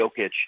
Jokic